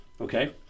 okay